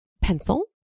pencil